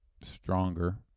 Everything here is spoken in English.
stronger